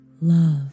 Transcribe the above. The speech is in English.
love